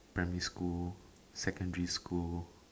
primary school secondary school